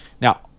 Now